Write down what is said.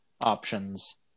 options